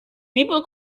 people